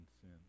sin